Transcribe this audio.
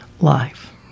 life